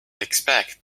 expect